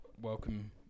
welcome